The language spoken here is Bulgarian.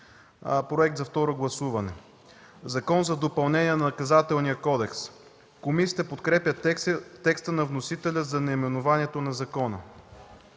проект за второ гласуване. „Закон за допълнение на Наказателния кодекс”. Комисията подкрепя текста на вносителя за наименованието на закона.